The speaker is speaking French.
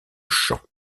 chant